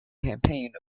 campaign